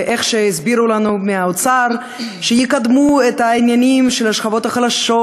איך הסבירו לנו מהאוצר שיקדמו את העניינים של השכבות החלשות,